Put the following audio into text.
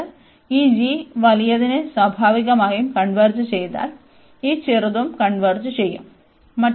എന്നിട്ട് ഈ g വലിയതിനെ സ്വാഭാവികമായും കൺവെർജ് ചെയ്താൽ ഈ ചെറുo കൺവെർജ് ചെയ്യുo